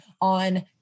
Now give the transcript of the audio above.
on